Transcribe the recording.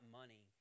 money